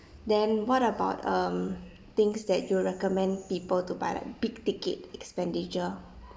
then what about um things that you would recommend people to buy like big ticket expenditure